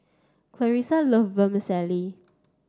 Clarissa love Vermicelli